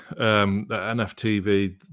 NFTV